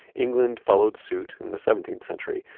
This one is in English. england followed suit in the seventeenth century.